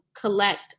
collect